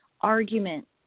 argument